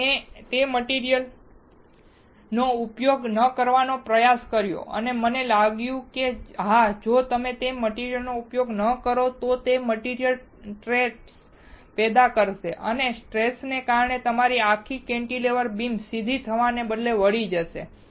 તેથી મેં તે મટીરીઅલનો ઉપયોગ ન કરવાનો પ્રયાસ કર્યો અને મને લાગ્યું કે હા જો તમે તે મટીરીઅલનો ઉપયોગ ન કરો તો તે મટીરીઅલમાં સ્ટ્રેસ પેદા કરશે અને સ્ટ્રેસને કારણે તમારી આખી કેન્ટિલેવર બીમ સીધી થવાને બદલે તે વળી જશે